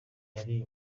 yari